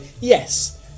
yes